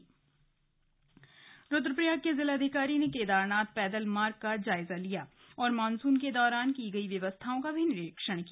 slug Kedarnath जायजा रुद्रप्रयाग के जिलाधिकारी ने केदारनाथ पैदल मार्ग का जायजा लिया और मॉनसून के दौरान की गई व्यवस्थाओं का निरीक्षण किया